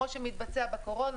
כמו שמתבצע בקורונה,